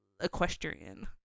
equestrian